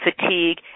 fatigue